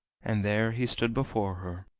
and there he stood before her,